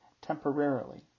temporarily